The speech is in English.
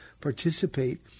participate